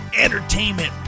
entertainment